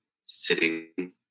sitting